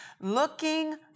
looking